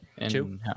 Two